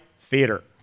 theater